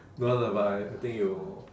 no lah but I think you